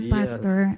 Pastor